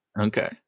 Okay